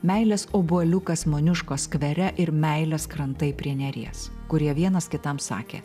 meilės obuoliukas moniuškos skvere ir meilės krantai prie neries kurie vienas kitam sakė